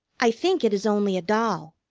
i think it is only a doll.